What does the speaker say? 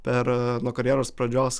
per nuo karjeros pradžios